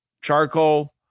charcoal